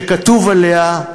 שכתוב עליה,